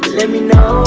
let me know